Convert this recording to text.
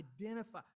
identify